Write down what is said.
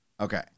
Okay